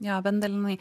jo bent dalinai